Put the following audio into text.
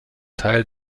teil